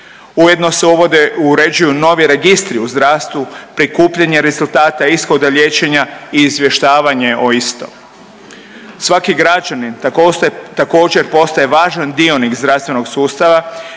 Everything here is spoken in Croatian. Ujedno se uvode, uređuju novi registri u zdravstvu, prikupljanje rezultata ishoda liječenja i izvještavanje o istome. Svaki građanin također postaje važan dionik zdravstvenog sustava